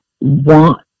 want